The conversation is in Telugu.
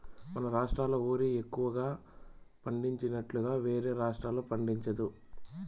మన రాష్ట్రాల ఓరి ఎక్కువగా పండినట్లుగా వేరే రాష్టాల్లో పండదు